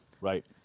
Right